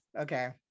okay